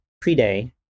pre-day